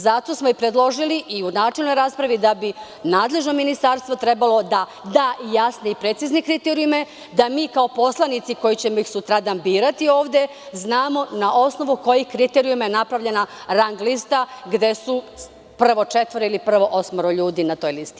Zato smo i predložili u načelnoj raspravi, da bi nadležno ministarstvo trebalo da da jasne i precizne kriterijume, da mi kao poslanici koji ćemo ih sutradan birati ovde znamo na osnovu kojih kriterijuma je napravljena rang lista gde se nalazi prvih četvoro ili prvih osmoro ljudi na toj listi.